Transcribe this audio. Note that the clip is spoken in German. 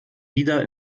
wieder